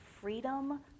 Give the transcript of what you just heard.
freedom